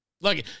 Look